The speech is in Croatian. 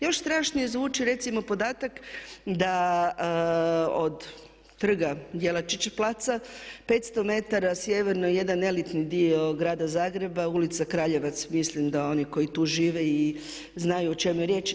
Još strašnije zvuči recimo podatak da od trga Ječačić placa 500 m sjeverno jedan elitni dio grada Zagreba, ulica Kraljevac mislim da oni koji tu žive i znaju o čemu je riječ.